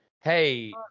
hey